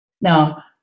Now